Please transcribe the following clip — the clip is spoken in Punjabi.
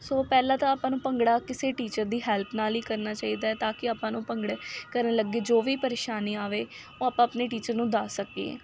ਸੋ ਪਹਿਲਾਂ ਤਾਂ ਆਪਾਂ ਨੂੰ ਭੰਗੜਾ ਕਿਸੇ ਟੀਚਰ ਦੀ ਹੈਲਪ ਨਾਲ ਹੀ ਕਰਨਾ ਚਾਹੀਦਾ ਤਾਂ ਕਿ ਆਪਾਂ ਨੂੰ ਭੰਗੜੇ ਕਰਨ ਲੱਗੇ ਜੋ ਵੀ ਪਰੇਸ਼ਾਨੀ ਆਵੇ ਉਹ ਆਪਾਂ ਆਪਣੇ ਟੀਚਰ ਨੂੰ ਦੱਸ ਸਕੀਏ